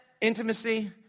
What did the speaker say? intimacy